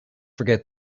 forget